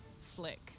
Flick